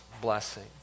blessing